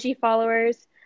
followers